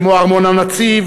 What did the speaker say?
כמו ארמון-הנציב,